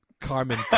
Carmen